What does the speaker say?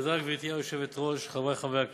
גברתי היושבת-ראש, תודה, חברי חברי הכנסת,